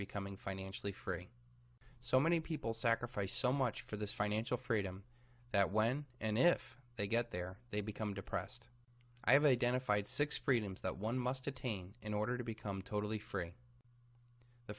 becoming financially free so many people sacrificed so much for this financial freedom that when and if they get there they become depressed i have identified six freedoms that one must attain in order to become totally free the